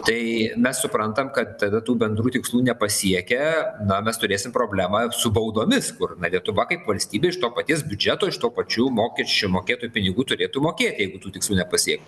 tai mes suprantam kad tada tų bendrų tikslų nepasiekia na mes turėsim problemą su baudomis kur na lietuva kaip valstybė iš to paties biudžeto iš tų pačių mokesčių mokėtojų pinigų turėtų mokėti jeigu tų tikslų nepasiektų